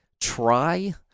try